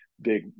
big